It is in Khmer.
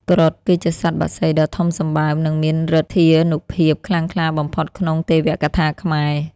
គ្រុឌ គឺជាសត្វបក្សីដ៏ធំសម្បើម និងមានឫទ្ធានុភាពខ្លាំងក្លាបំផុតក្នុងទេវកថាខ្មែរ។